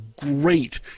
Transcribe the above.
great